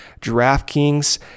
DraftKings